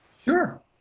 Sure